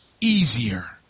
easier